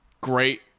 great